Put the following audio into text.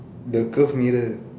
the curve mirror